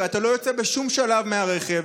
אתה לא יוצא בשום שלב מהרכב,